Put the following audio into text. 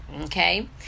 okay